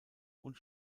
und